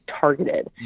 targeted